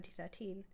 2013